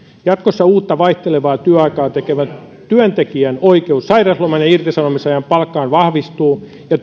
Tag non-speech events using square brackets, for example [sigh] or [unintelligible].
jatkossa uutta vaihtelevaa työaikaa tekevän työntekijän oikeus sairauslomaan ja irtisanomisajan palkkaan vahvistuu ja [unintelligible]